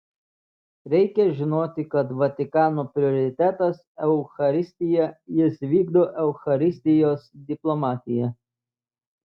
reikia žinoti kad vatikano prioritetas eucharistija jis vykdo eucharistijos diplomatiją